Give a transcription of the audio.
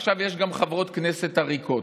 עכשיו יש גם חברות כנסת עריקות.